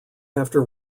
after